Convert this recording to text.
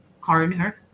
coroner